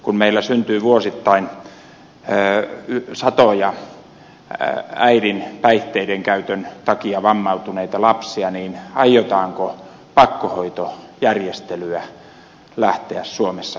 kun meillä syntyy vuosittain satoja äidin päihteidenkäytön takia vammautuneita lapsia niin aiotaanko pakkohoitojärjestelyä lähteä suomessa viemään eteenpäin